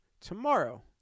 tomorrow